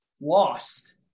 lost